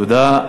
תודה.